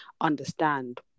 understand